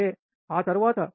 ఆ తరువాత తగ్గుతోంది1